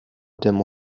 dem